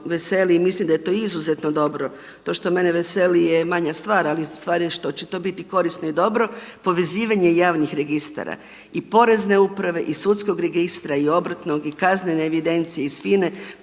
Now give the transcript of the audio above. i mislim da je to izuzetno dobro, to što mene veseli je manja stvar, ali stvar je što će to biti korisno i dobro povezivanje javnih registara i porezne uprave i sudskog registra i obrtnog i kaznene evidencije iz